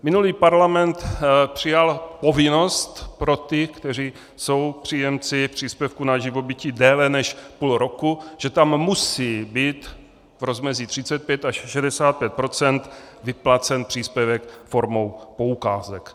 Minulý parlament přijal povinnost pro ty, kteří jsou příjemci příspěvku na živobytí déle než půl roku, že tam musí být v rozmezí 35 až 65 % vyplacen příspěvek formou poukázek.